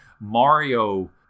Mario